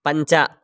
पञ्च